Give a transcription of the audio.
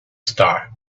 star